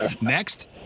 Next